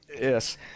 yes